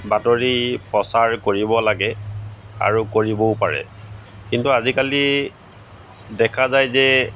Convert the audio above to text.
বাতৰি প্ৰচাৰ কৰিব লাগে আৰু কৰিবও পাৰে কিন্তু আজিকালি দেখা যায় যে